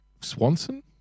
Swanson